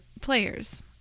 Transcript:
players